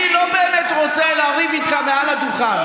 אני לא באמת רוצה לריב איתך מעל הדוכן.